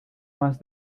más